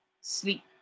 sleep